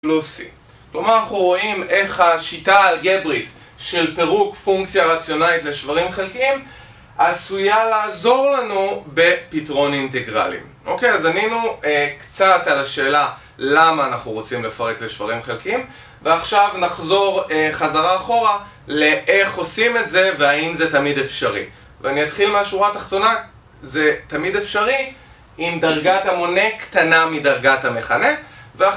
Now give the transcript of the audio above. כלומר אנחנו רואים איך השיטה האלגברית של פירוק פונקציה רציונאית לשברים חלקיים עשויה לעזור לנו בפתרון אינטגרלים. אוקיי, אז ענינו קצת על השאלה למה אנחנו רוצים לפרק לשברים חלקיים ועכשיו נחזור חזרה אחורה לאיך עושים את זה והאם זה תמיד אפשרי. ואני אתחיל מהשורה התחתונה, זה תמיד אפשרי אם דרגת המונה קטנה מדרגת המכנה.